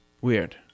Weird